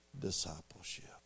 discipleship